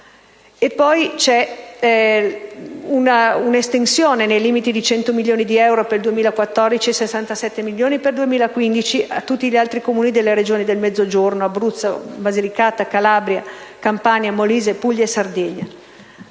dispone un'estensione, nei limiti di 100 milioni di euro per il 2014 e di 67 milioni per il 2015, a tutti gli altri Comuni delle Regioni del Mezzogiorno (Abruzzo, Basilicata, Calabria, Campania, Molise, Puglia, Sardegna